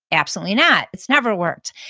absolutely not. it's never worked.